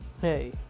Hey